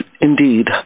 indeed